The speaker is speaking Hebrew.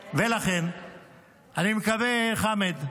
אני מקווה, חמד,